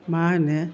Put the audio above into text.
मा होनो